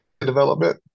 development